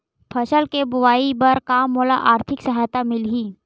फसल के बोआई बर का मोला आर्थिक सहायता मिलही?